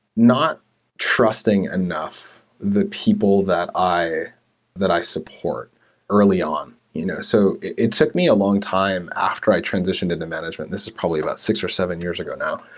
not trusting enough the people that i that i support early on. you know so, it took me a long time after i transitioned into management. this is probably about six or seven years ago now.